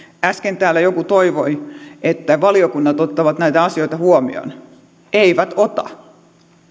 äsken täällä joku toivoi että valiokunnat ottavat näitä asioita huomioon eivät ota